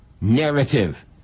narrative